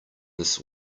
this